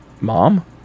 mom